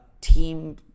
team